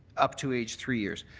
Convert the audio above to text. up to age three years.